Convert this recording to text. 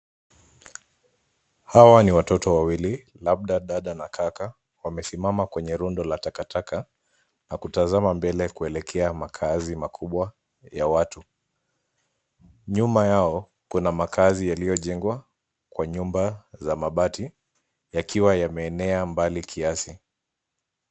Hawa ni watoto wawili labda dada na kaka. Wamesimama kwenye rundo la takataka na kutazama mbele kuelekea makaazi makubwa ya watu. Nyuma yao kuna makaazi yaliyojengwa kwa nyumba za mabati yakiwa yameenea mbali kiasi.